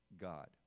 god